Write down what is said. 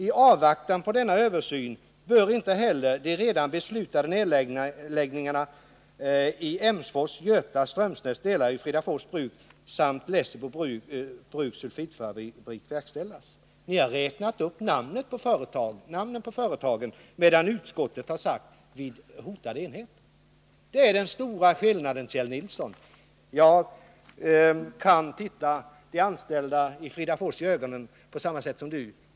I avvaktan på denna översyn bör inte heller de redan beslutade nedläggningarna av Emsfors, Göta, Strömsnäs, Delary och Fridafors bruk samt Lessebo Bruks sulfitfabrik verkställas.” Ni har räknat upp namnen på företagen, medan utskottet har talat om hotade enheter. Det är den stora skillnaden, Kjell Nilsson. Jag kan se de anställda i Fridafors i ögonen på samma sätt som Kjell Nilsson.